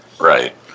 Right